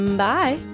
bye